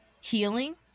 healing